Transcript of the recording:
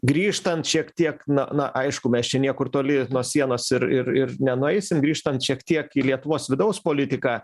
grįžtant šiek tiek na na aišku mes čia niekur toli nuo sienos ir ir ir nenueisim grįžtant šiek tiek į lietuvos vidaus politiką